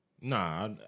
Nah